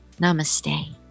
Namaste